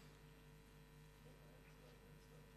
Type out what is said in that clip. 570,